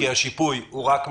כי השיפוי הוא רק מעסקים.